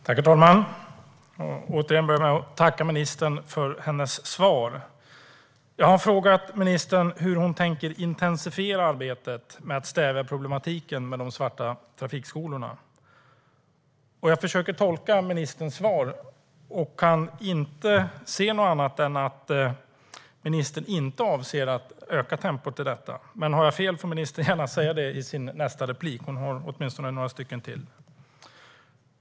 Herr talman! Jag vill återigen börja med att tacka ministern för hennes svar. Jag har frågat ministern hur hon tänker intensifiera arbetet med att stävja problematiken med de svarta trafikskolorna. Jag försöker tolka ministerns svar och kan inte se annat än att ministern inte avser att öka tempot i detta. Har jag fel får ministern gärna säga det i sitt nästa inlägg; hon har åtminstone några inlägg till.